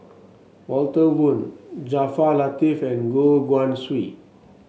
Walter Woon Jaafar Latiff and Goh Guan Siew